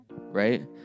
right